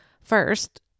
First